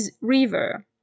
River